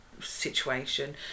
situation